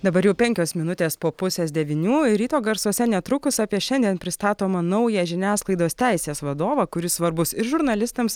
dabar jau penkios minutės po pusės devynių ryto garsuose netrukus apie šiandien pristatomą naują žiniasklaidos teisės vadovą kuris svarbus ir žurnalistams